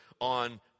on